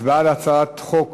הצבעה על הצעת חוק